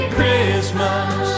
Christmas